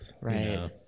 Right